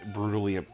brutally